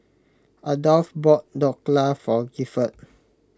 Adolph bought Dhokla for Gifford